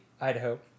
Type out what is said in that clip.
Idaho